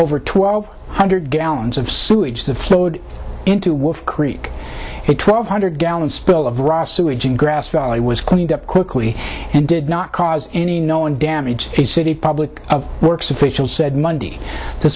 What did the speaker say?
over twelve hundred gallons of sewage the flowed into wolf creek it twelve hundred gallons spill of raw sewage and grass valley was cleaned up quickly and did not cause any known damage to the city public of works official said monday t